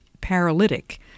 paralytic